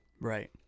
Right